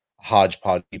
hodgepodge